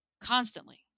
constantly